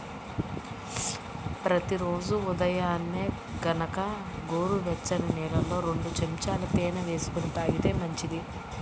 ప్రతి రోజూ ఉదయాన్నే గనక గోరువెచ్చని నీళ్ళల్లో రెండు చెంచాల తేనె వేసుకొని తాగితే మంచిది